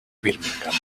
birmingham